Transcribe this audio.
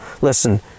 Listen